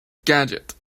gadget